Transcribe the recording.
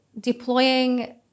deploying